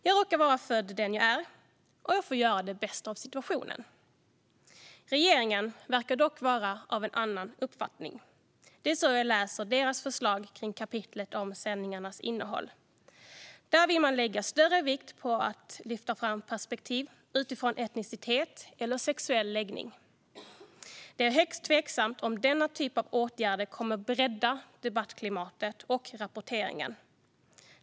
Jag råkar vara född till den jag är, och jag får göra det bästa av situationen. Regeringen verkar dock vara av en annan uppfattning - det är så jag läser deras förslag kring kapitlet om sändningarnas innehåll. Där vill man lägga större vikt vid att lyfta fram perspektiv utifrån etnicitet eller sexuell läggning. Det är högst tveksamt om denna typ av åtgärder kommer att bredda debattklimatet och rapporteringen.